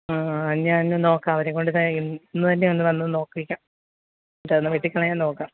ആ ഞാനൊന്ന് നോക്കാം അവരെ കൊണ്ട് ദേ ഇന്ന് ഇന്ന് തന്നെ വന്നൊന്ന് നോക്കിക്കാം എന്നിട്ട് അതൊന്ന് വെട്ടി കളയാൻ നോക്കാം